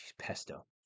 pesto